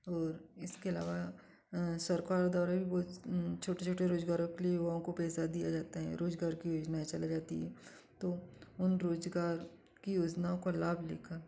और इसके अलावा सार्क और दौरा बोलते छोटे छोटे रोज़गारों के लिए युवाओं को पैसा दिया जाता है रोज़गार की योजना चलाई जाती हैं तो उन रोज़गार की योजनाओं का लाभ लेकर